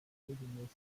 regelmäßig